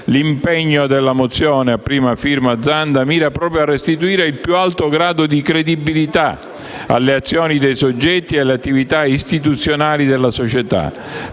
L'impegno della mozione a prima firma Zanda mira proprio a restituire il più alto grado di credibilità alle azioni dei soggetti e alle attività istituzionali della società,